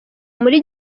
muri